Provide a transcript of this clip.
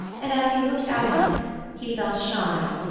and as he looked out on it he felt shy,